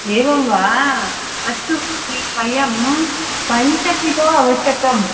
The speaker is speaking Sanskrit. एवं वा अस्तु वयं पञ्च किलो अवश्यकम्